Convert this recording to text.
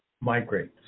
migrate